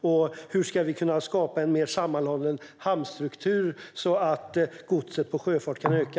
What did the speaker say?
Och hur ska vi kunna skapa en mer sammanhållen hamnstruktur, så att godset på sjöfart kan öka?